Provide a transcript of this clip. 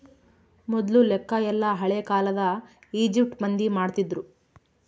ಮೊದ್ಲು ಲೆಕ್ಕ ಎಲ್ಲ ಹಳೇ ಕಾಲದ ಈಜಿಪ್ಟ್ ಮಂದಿ ಮಾಡ್ತಿದ್ರು